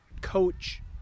coach